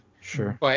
Sure